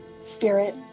spirit